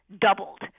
doubled